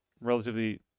relatively